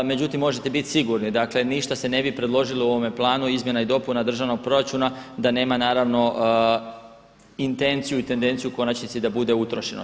Međutim, možete bit sigurni, dakle ništa se ne bi predložilo u ovome planu izmjena i dopuna državnog proračuna da nema naravno intenciju i tendenciju u konačnici da bude utrošeno.